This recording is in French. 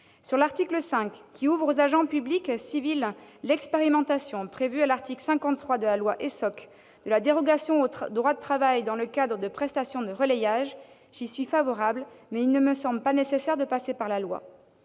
L'article 5 ouvre aux agents publics civils l'expérimentation, prévue à l'article 53 de la loi ESSOC, de la dérogation au droit du travail dans le cadre de prestations de « relayage ». J'y suis favorable, mais il ne me semble pas nécessaire d'en passer par la loi.